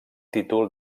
títol